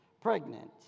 Pregnant